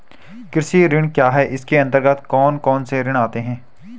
कृषि ऋण क्या है इसके अन्तर्गत कौन कौनसे ऋण आते हैं?